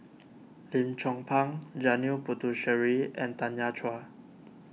Lim Chong Pang Janil Puthucheary and Tanya Chua